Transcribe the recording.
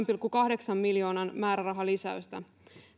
pilkku kahdeksan miljoonan määrärahalisäystä